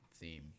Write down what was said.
theme